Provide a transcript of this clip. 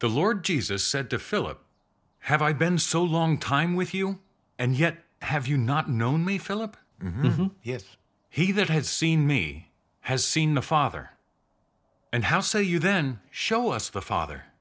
the lord jesus said to philip have i been so long time with you and yet have you not known me philip yes he that has seen me has seen the father and how say you then show us the father